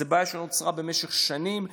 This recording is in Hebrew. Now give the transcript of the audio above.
זו בעיה שנוצרה במשך שנים.